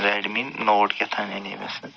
Redmi note کہتانۍ اَنے مےٚ سُہ